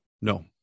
No